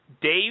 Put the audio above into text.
Dave